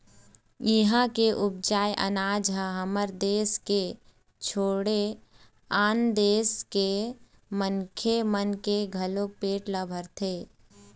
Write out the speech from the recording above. इहां के उपजाए अनाज ह हमर देस के छोड़े आन देस के मनखे मन के घलोक पेट ल भरत हे